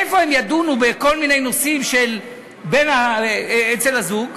איפה הם ידונו בכל מיני נושאים אצל הזוג?